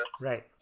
Right